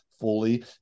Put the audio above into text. fully